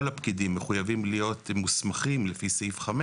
הפקידים מחויבים להיות מוסכמים לפי סעיף (5)